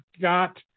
got